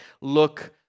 look